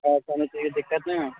आओर कोनो चीजके दिक्कत नहि ने